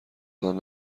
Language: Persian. دادن